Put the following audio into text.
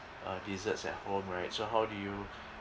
uh desserts at home right so how do you